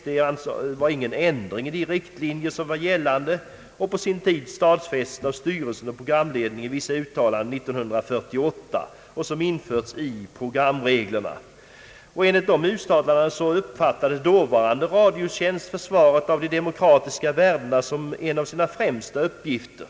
Det skulle alltså inte bli någon ändring i de riktlinjer som på sin tid stadfästes av styrelsen och programledningen i vissa uttalanden 1948, och som införts i programreglerna. I enlighet därmed uppfattade dåvarande Radiotjänst försvaret av de demokratiska värdena som en av sina främsta uppgifter.